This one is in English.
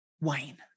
Wayne